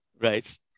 Right